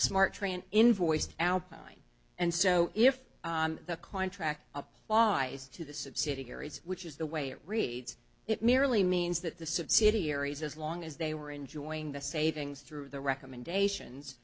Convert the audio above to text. smart trant invoiced alpine and so if the contract apply to the subsidiaries which is the way it reads it merely means that the subsidiaries as long as they were enjoying the savings through the recommendations